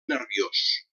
nerviós